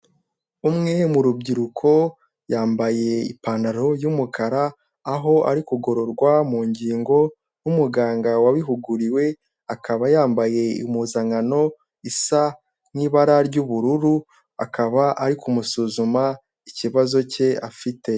Umwe mu rubyiruko yambaye ipantaro yumukara aho ari kugororwa mu ngingo nk'umuganga wabihuguriwe akaba yambaye impuzankano isa n'ibara ry'ubururu akaba ari kumusuzuma ikibazo cye afite.